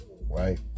Right